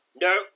No